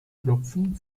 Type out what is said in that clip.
klopfen